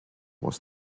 was